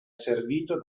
servito